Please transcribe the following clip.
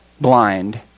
blind